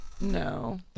No